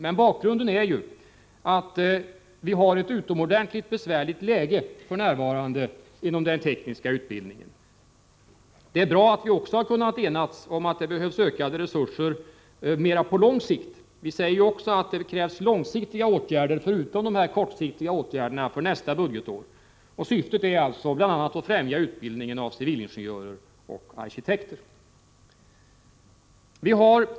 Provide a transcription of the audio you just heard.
Men bakgrunden till utskottets enhälliga skrivning är det utomordentligt besvärliga läge som den tekniska utbildningen befinner sig i för närvarande. Det är bra att vi också har kunnat enas om att det behövs ökade resurser även på lång sikt. Vi säger ju att det krävs långsiktiga åtgärder förutom de kortsiktiga för nästa budgetår. Syftet är bl.a. att främja utbildningen av civilingenjörer och arkitekter.